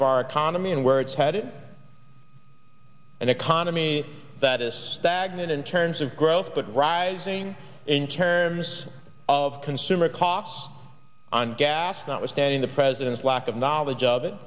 of our economy and where it's headed an economy that is stagnant in terms of growth but rising in terms of consumer costs on gas notwithstanding the president's lack of knowledge of it